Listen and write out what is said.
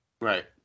Right